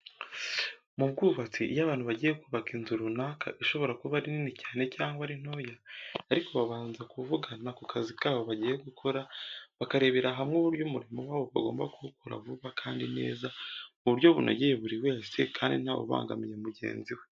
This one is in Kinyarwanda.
Mu bwubatsi iyo abantu bagiye kubaka inzu runaka ishobora kuba ari nini cyane cyangwa ari ntoya ariko babanza kuvugana ku kazi kabo bagiye gukora, bakarebera hamwe uburyo umurimo wabo bagomba kuwukora vuba kandi neza mu buryo bunogeye buri wese, kandi ntawubangamiye mugenzi we.